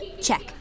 check